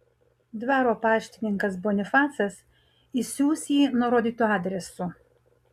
dvaro paštininkas bonifacas išsiųs jį nurodytu adresu